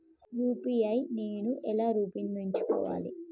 UPI నేను ఎలా రూపొందించుకోవాలి?